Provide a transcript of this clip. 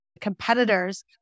competitors